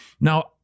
Now